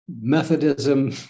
methodism